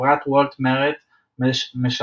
חברת וול מרט משנעת